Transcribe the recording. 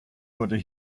wurde